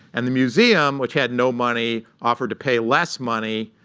and the museum, which had no money, offered to pay less money,